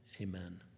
Amen